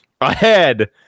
ahead